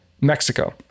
Mexico